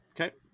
okay